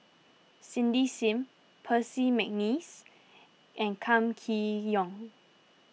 Cindy Sim Percy McNeice and Kam Kee Yong